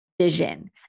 vision